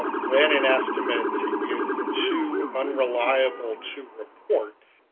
when an estimate is too unreliable to report